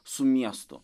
su miestu